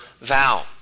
vow